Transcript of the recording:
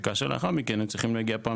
כאשר לאחר מכן הם צריכים להגיע פעם